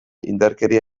indarkeria